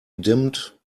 dimmed